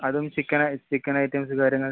അതും chicken chicken items കാര്യങ്ങൾ